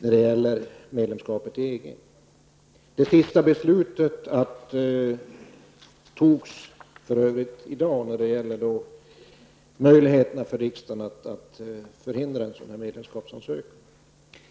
att söka medlemskap i EG. Det sista beslutet när det gäller riksdagens möjligheter att förhindra en medlemskapsansökan fattades för övrigt i dag.